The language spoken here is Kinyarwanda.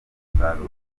umusaruro